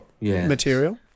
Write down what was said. material